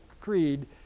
Creed